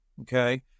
Okay